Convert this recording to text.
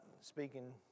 speaking